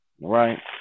Right